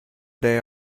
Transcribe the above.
they